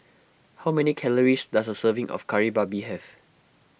how many calories does a serving of Kari Babi have